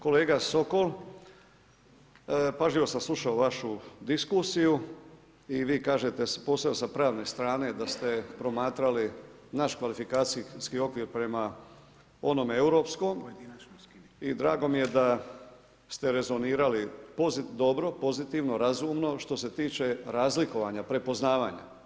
Kolega Sokol, pažljivo sam slušao vašu diskusiju i vi kažete posebno s pravne strane da ste promatrali naš kvalifikacijski okvir prema onom europskom i drago mi je da ste rezonirali dobro, pozitivno, razumno što se tiče razlikovanja, prepoznavanja.